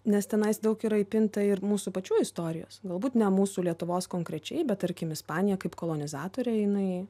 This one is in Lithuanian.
nes tenais daug yra įpinta ir mūsų pačių istorijos galbūt ne mūsų lietuvos konkrečiai bet tarkim ispanija kaip kolonizatorė jinai